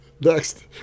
Next